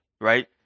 right